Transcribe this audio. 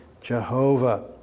Jehovah